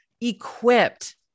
equipped